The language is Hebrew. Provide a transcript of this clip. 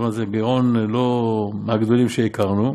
כלומר זה גירעון לא מהגדולים שהכרנו,